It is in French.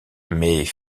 mais